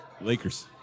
Lakers